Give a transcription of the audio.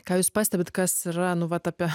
ką jūs pastebit kas yra nu vat apie